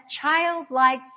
childlike